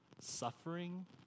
suffering